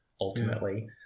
ultimately